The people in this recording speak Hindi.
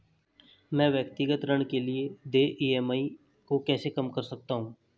मैं व्यक्तिगत ऋण के लिए देय ई.एम.आई को कैसे कम कर सकता हूँ?